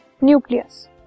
nucleus